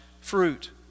fruit